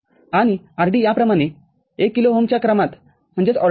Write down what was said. आणि rd या प्रमाणे १ किलो ओहमच्या क्रमातआहे